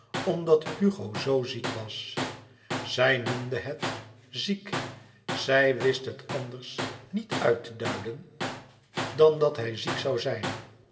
omdat hugo zoo ziek was zij noemde het ziek zij wist het anders niet uit te duiden dan dat hij ziek zoû zijn